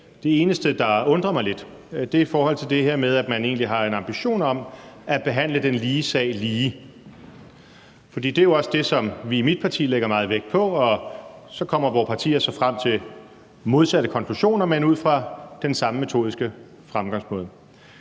Det eneste, der undrer mig lidt, er i forhold til det her med, at man egentlig har en ambition om at behandle den lige sag lige, for det er jo også det, som vi i mit parti lægger meget vægt på – og så kommer vore partier frem til modsatte konklusioner, men ud fra den samme metodiske fremgangsmåde.